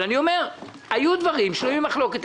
אני אומר שהיו דברים שנויים במחלוקת.